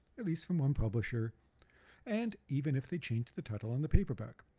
at least from one publisher and even if they change the title on the paperback.